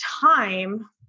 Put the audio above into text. time